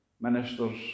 ministers